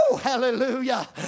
Hallelujah